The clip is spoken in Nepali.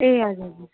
ए हजुर हजुर